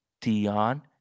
Dion